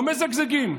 לא מזגזגים,